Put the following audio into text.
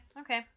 okay